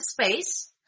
space